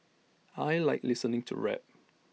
I Like listening to rap